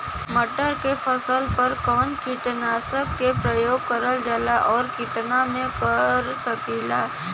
मटर के फसल पर कवन कीटनाशक क प्रयोग करल जाला और कितना में कर सकीला?